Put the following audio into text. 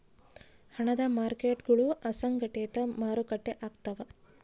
ಹಣದ ಮಾರ್ಕೇಟ್ಗುಳು ಅಸಂಘಟಿತ ಮಾರುಕಟ್ಟೆ ಆಗ್ತವ